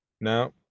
Now